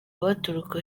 baturuka